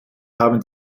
haben